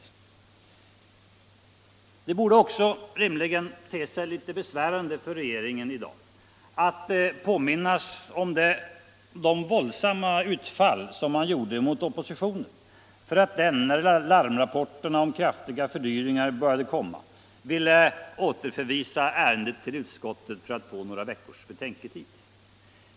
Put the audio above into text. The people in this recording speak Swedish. Det borde rimligen också te sig litet besvärande för regeringen i dag att påminnas om de våldsamma utfall man gjorde mot oppositionen för att den, när larmrapporterna om kraftiga fördyringar började komma, ville återförvisa ärendet till utskottet för att få några veckors betänketid.